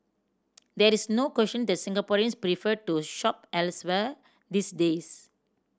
there is no question that Singaporeans prefer to shop elsewhere these days